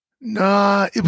nah